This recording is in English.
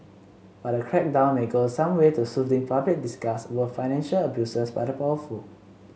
but the crackdown may go some way to soothing public disgust over financial abuses by the powerful